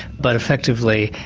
but effectively,